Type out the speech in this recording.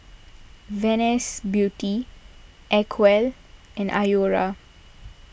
Venus Beauty Acwell and Iora